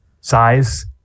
size